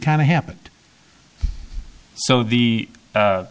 kind of happened so the